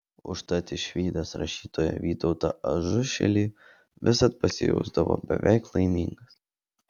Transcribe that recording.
užtat išvydęs rašytoją vytautą ažušilį visad pasijusdavo beveik laimingas